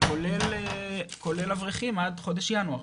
כולל אברכים עד חודש ינואר.